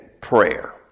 prayer